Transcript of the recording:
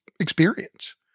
experience